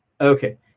Okay